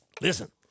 Listen